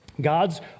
God's